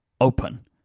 open